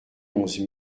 onze